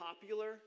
popular